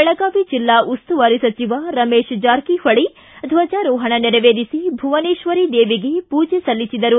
ಬೆಳಗಾವಿ ಜಿಲ್ಲಾ ಉಸ್ತುವಾರಿ ಸಚಿವ ರಮೇಶ ಜಾರಕಿಹೊಳಿ ಧ್ವಜಾರೋಹಣಿ ನೆರವೇರಿಸಿ ಭುವನೇತ್ವರಿ ದೇವಿಗೆ ಪೂಜೆ ಸಲ್ಲಿಸಿದರು